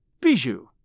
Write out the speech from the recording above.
Bijou